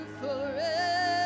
forever